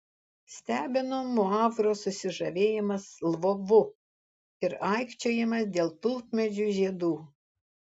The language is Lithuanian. stebino muavro susižavėjimas lvovu ir aikčiojimas dėl tulpmedžių žiedų